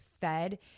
fed